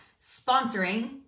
sponsoring